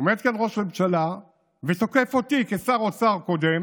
שעומד כאן ראש הממשלה ותוקף אותי כשר האוצר הקודם